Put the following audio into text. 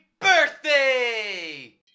birthday